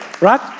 right